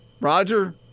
Roger